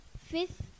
fifth